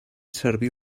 servir